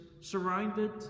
surrounded